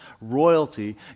royalty